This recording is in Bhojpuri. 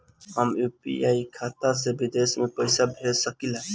का हम यू.पी.आई खाता से विदेश में पइसा भेज सकिला?